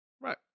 Right